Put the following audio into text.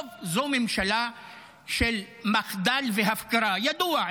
טוב, זו ממשלה של מחדל והפקרה, ידוע.